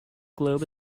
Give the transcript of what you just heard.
globe